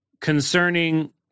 concerning